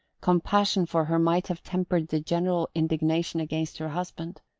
compassion for her might have tempered the general indignation against her husband.